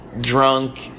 drunk